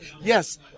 Yes